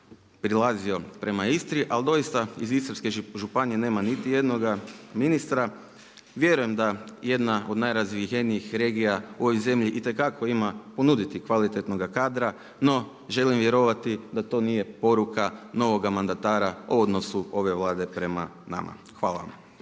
prilazio prema Istri, ali doista iz Istarske županije nema niti jednoga ministra. Vjerujem da jedna od najrazvijenijih regija u ovoj zemlji itekako ima ponuditi kvalitetnoga kadra, no želim vjerovati da to nije poruka novoga mandatara o odnosu ove Vlade prema nama. Hvala vam.